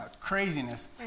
craziness